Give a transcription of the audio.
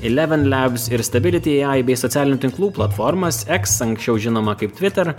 elevenlabs ir stabilityai bei socialinių tinklų platformas eks anksčiau žinoma kaip tviter